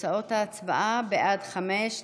תוצאות ההצבעה: בעד חמישה,